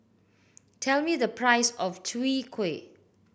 tell me the price of Chwee Kueh